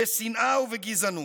בשנאה ובגזענות.